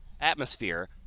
atmosphere